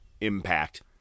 impact